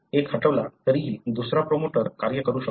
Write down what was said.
एक हटवला तरीही दुसरा प्रोमोटर कार्य करू शकतो